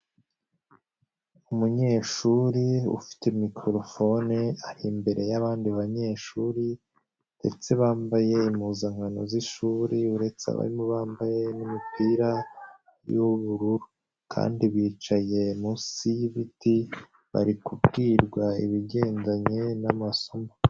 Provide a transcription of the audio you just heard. Umunyeshuri ufite mikorophone, ari imbere y'abandi banyeshuri, ndetse bambaye impuzankano z'ishuri, uretse abarimu, bambaye n'imipira y'ubururu kandi bicaye munsi y'ibiti bari kubwirwa ibigendanye n'amasomo.